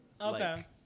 Okay